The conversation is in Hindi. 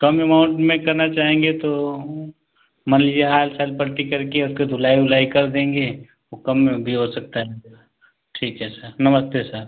कम एमाउन्ट में करना चाहेंगे तो मान लीजिए आयल सायल पल्टी करके उसका धुलाई उलाई कर देंगे वह कम में भी हो सकता है ठीक है सर नमस्ते सर